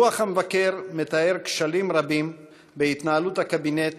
דוח המבקר מתאר כשלים רבים בהתנהלות הקבינט,